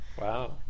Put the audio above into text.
Wow